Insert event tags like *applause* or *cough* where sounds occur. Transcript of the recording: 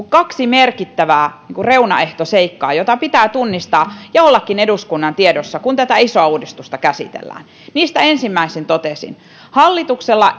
*unintelligible* kaksi merkittävää reunaehtoseikkaa jotka pitää tunnistaa ja ollakin eduskunnan tiedossa kun tätä isoa uudistusta käsitellään niistä ensimmäisen totesin hallituksella *unintelligible*